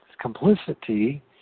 complicity